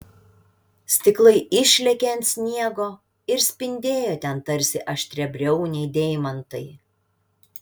stiklai išlėkė ant sniego ir spindėjo ten tarsi aštriabriauniai deimantai